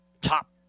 top